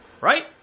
Right